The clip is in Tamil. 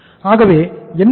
ஆகவே என்ன நடக்கும்